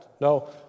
No